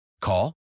Call